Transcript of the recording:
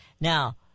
Now